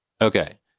Okay